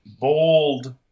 bold